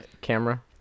camera